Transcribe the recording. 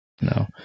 No